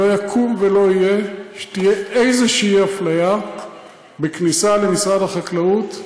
לא יקום ולא יהיה שתהיה איזושהי אפליה בכניסה למשרד החקלאות,